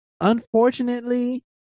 unfortunately